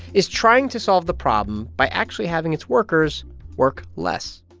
is trying to solve the problem by actually having its workers work less